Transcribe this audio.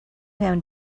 him